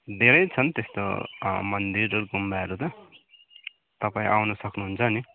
धेरै छन् त्यस्तो मन्दिर र गुम्बाहरू त तपाईँ आउनु सक्नु हुन्छ नि